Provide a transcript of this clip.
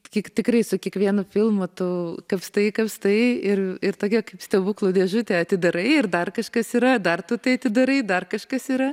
tik tikrai su kiekvienu filmą tu kapstai kapstai ir ir tokia kaip stebuklų dėžutę atidarai ir dar kažkas yra dar tu tai darai dar kažkas yra